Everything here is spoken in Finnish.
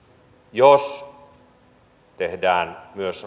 jos tehdään myös